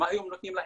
מה היום נותנים להם?